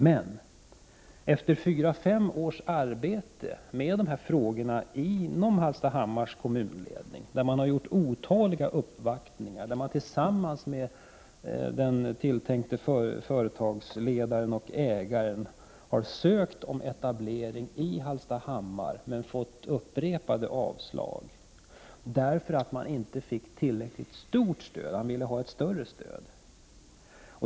Hallstahammars kommunledning har under fyra fem års tid arbetat med dessa frågor. Man har tillsammans med den tilltänkte ägaren och företagsledaren gjort otaliga uppvaktningar och ansökt om etablering i Hallstahammar, men har upprepade gånger inte fått tillräckliga stödmedel beviljade.